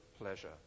pleasure